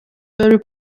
very